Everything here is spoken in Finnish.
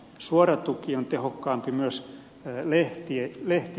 suora tuki on tehokkaampi myös lehtituessa